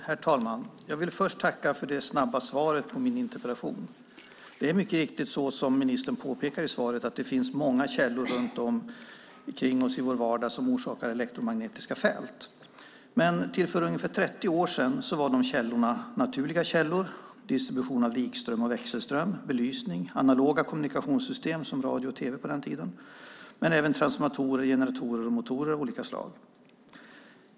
Herr talman! Jag vill först tacka för det snabba svaret på min interpellation. Det är mycket riktigt som ministern påpekar i svaret att det finns många källor runt oss i vår vardag som orsakar elektromagnetiska fält. Men till för ungefär 30 år sedan var de källorna naturliga källor, distribution av likström och växelström, belysning, analoga kommunikationssystem, som radio och tv på den tiden, men även transformatorer, generatorer och motorer av olika slag.